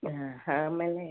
ಹಾಂ ಹಾಂ ಆಮೇಲೆ